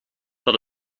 dat